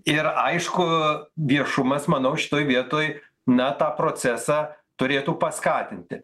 ir aišku viešumas manau šitoj vietoj na tą procesą turėtų paskatinti